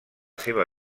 seva